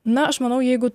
na aš manau jeigu